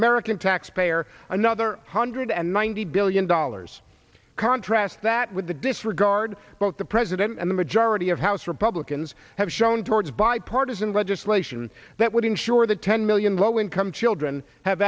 american taxpayer another hundred and ninety billion dollars contrast that with the disregard both the president and the majority of house republicans have shown towards bipartisan legislation that would ensure that ten million low income children have